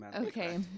Okay